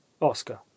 oscar